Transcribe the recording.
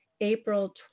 April